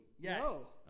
Yes